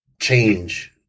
change